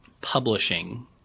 publishing